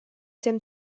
dem